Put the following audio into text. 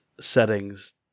settings